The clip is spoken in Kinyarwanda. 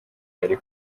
yari